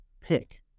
pick